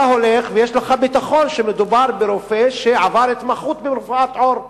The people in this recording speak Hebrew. אתה הולך ויש לך ביטחון שמדובר ברופא שעבר התמחות ברפואת עור,